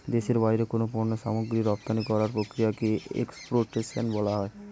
দেশের বাইরে কোনো পণ্য সামগ্রী রপ্তানি করার প্রক্রিয়াকে এক্সপোর্টেশন বলা হয়